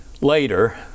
Later